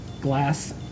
glass